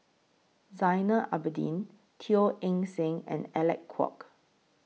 Zainal Abidin Teo Eng Seng and Alec Kuok